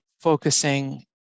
focusing